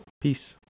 Peace